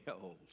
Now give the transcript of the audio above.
old